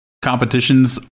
competitions